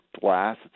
glass